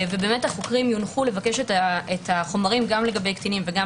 החוקרים יונחו לבקש את החומרים גם לגבי קטינים וגם